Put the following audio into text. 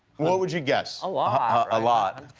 what would you guess? a lot. ah a lot.